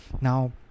Now